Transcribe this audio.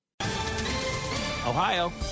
Ohio